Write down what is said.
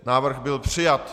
Návrh byl přijat.